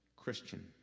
Christian